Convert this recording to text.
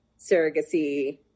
surrogacy